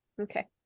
Okay